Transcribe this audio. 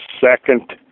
second